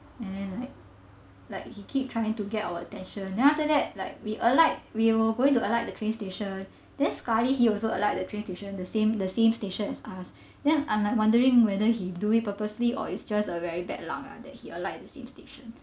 and then like like he kept trying to get our attention then after that like we alight we were going to alight at the train station then sekali he also alight the train station the same the same station as us then I'm like wondering whether he did it purposely or it's just a very bad luck lah that he alight the same station